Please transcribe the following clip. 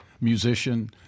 musician